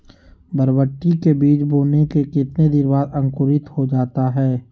बरबटी के बीज बोने के कितने दिन बाद अंकुरित हो जाता है?